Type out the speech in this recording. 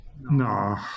No